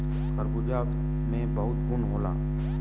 खरबूजा में बहुत गुन होला